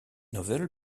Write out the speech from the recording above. novel